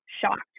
shocked